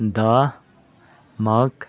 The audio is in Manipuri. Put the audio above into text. ꯗꯃꯛ